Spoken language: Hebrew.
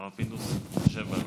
הרב פינדרוס, התחשב בנו.